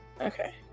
Okay